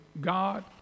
God